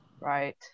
Right